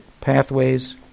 pathways